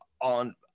on